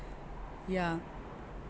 ya